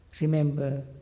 remember